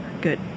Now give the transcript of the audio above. good